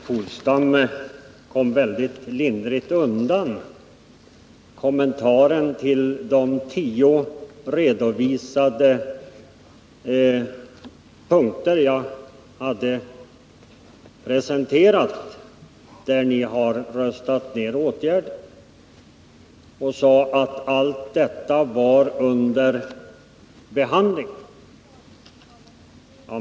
Herr talman! Åke Polstam kom mycket lindrigt undan kommentarerna till de av mig presenterade tio punkterna, där de borgerliga röstat ned förslag till åtgärder. Han sade att allt är under behandling.